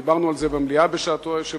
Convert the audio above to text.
דיברנו על זה במליאה בשעתו, היושב-ראש.